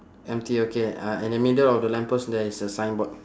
empty okay uh in the middle of the lamp post there is a signboard